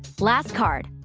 last card.